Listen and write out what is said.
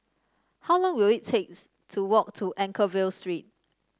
how long will it takes to walk to Anchorvale Street